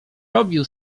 robił